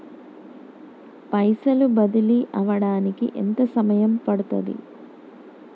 పైసలు బదిలీ అవడానికి ఎంత సమయం పడుతది?